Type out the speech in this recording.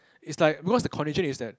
it's like because the condition is that